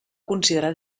considerar